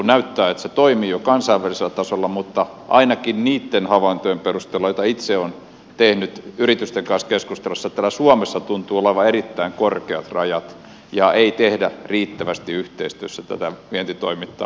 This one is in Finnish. näyttää että se toimii jo kansainvälisellä tasolla mutta ainakin niitten havaintojen perusteella joita itse olen tehnyt yritysten kanssa keskustellessa täällä suomessa tuntuu olevan erittäin korkeat rajat eikä tehdä riittävästi yhteistyössä tätä vientitoimintaa